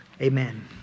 Amen